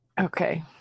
okay